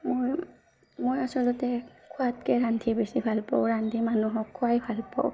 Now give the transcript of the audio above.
মোৰ মই আচলতে খোৱাতকৈ ৰান্ধি বেছি ভাল পাওঁ ৰান্ধি মানুহক খোৱাই ভাল পাওঁ